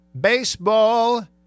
Baseball